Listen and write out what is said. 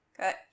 Good